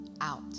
out